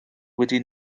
wedi